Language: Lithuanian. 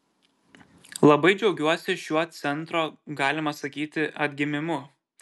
labai džiaugiuosi šiuo centro galima sakyti atgimimu